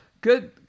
Good